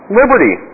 liberty